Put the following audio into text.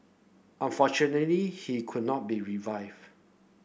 unfortunately he could not be revived